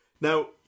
now